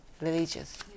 religious